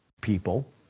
people